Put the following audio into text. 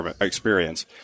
experience